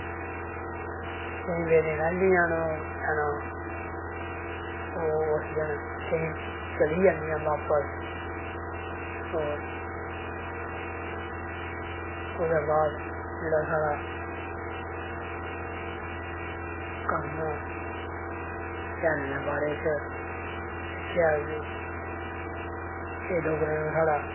केईं बारी रौंह्दियां न ओह् भैनां ओह् उस दिन केईं चली जंदियां बापस होर ओह्दे बाद जेह्ड़ा साढ़ा कल तेहारें दे बारे च दिक्खेआ एह् डोगरें दा साढ़ा